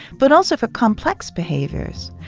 but also, for complex behaviors,